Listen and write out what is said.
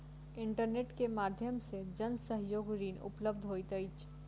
internet के माध्यम से जन सहयोग ऋण उपलब्ध होइत अछि